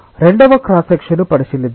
రెండవ క్రాస్ సెక్షన్ను పరిశీలిద్దాం